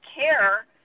care